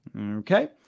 Okay